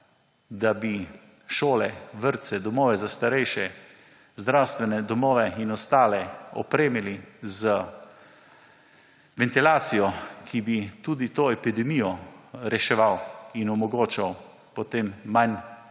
da bi šole, vrtce, domove za starejše, zdravstvene domove in ostale opremili z ventilacijo, ki bi tudi to epidemijo reševala in omogočala potem manj